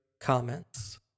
comments